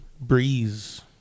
Breeze